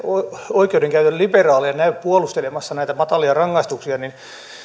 oikeudenkäyntiliberaaleja näy puolustelemassa näitä matalia rangaistuksia niin